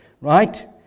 right